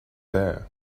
there